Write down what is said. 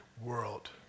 world